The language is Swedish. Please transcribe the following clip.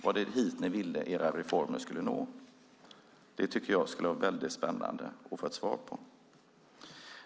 Var det hit ni ville att era reformer skulle nå? Detta tycker jag skulle vara spännande att få ett svar på.